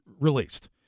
released